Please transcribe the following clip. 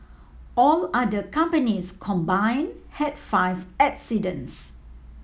all other companies combine had five accidents